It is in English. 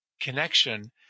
connection